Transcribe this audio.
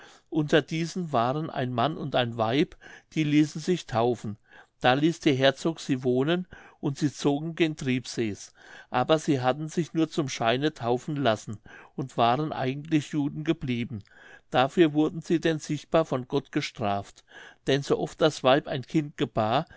unter diesen waren ein mann und eine weib die ließen sich taufen da ließ der herzog sie wohnen und sie zogen gen triebsees aber sie hatten sich nur zum scheine taufen lassen und waren eigentlich juden geblieben dafür wurden sie denn sichtbar von gott gestraft denn so oft das weib ein kind gebar